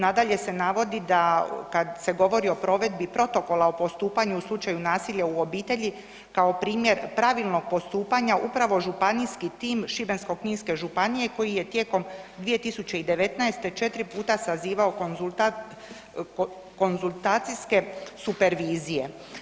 Nadalje se navodi kada se govori o provedbi Protokola o postupanju u slučaju nasilja u obitelji kao primjer pravilnog postupanja upravo županijski tim Šibensko-kninske županije koji je tijekom 2019. 4 puta sazivao konzultacijske supervizije.